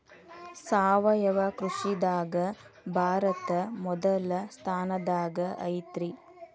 ಸಾವಯವ ಕೃಷಿದಾಗ ಭಾರತ ಮೊದಲ ಸ್ಥಾನದಾಗ ಐತ್ರಿ